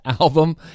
album